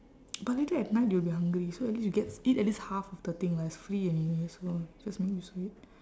but later at night you will be hungry so at least you get eat at least half of the thing lah it's free anyway so just make use of it